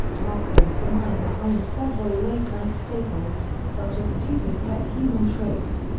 markoe was the mind behind several late night staples, such as stupid pet human tricks.